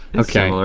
okay,